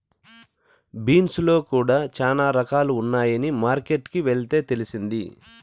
beans లో కూడా చానా రకాలు ఉన్నాయని మార్కెట్ కి వెళ్తే తెలిసింది